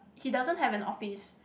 he doesn't have an office